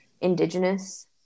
indigenous